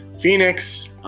Phoenix